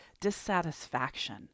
dissatisfaction